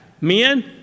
Men